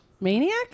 maniac